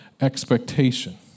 expectation